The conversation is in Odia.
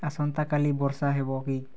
ଆସନ୍ତାକାଲି ବର୍ଷା ହେବ କି